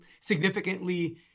significantly